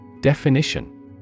Definition